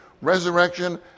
resurrection